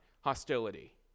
hostility